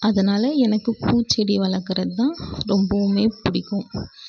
அதனால் எனக்கு பூச்செடி வளர்க்குறது தான் ரொம்பவுமே பிடிக்கும்